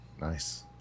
Nice